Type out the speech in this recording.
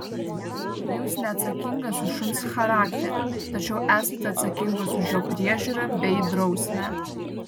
jūs neatsakingas už šuns charakterį tačiau esate atsakingas už jo priežiūrą bei drausmę